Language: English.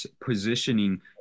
positioning